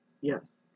Yes